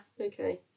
okay